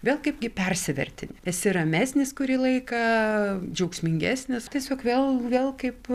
vėl kaipgi persiverti esi ramesnis kurį laiką džiaugsmingesnis tiesiog vėl vėl kaip